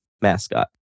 mascot